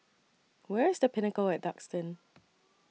Where IS The Pinnacle At Duxton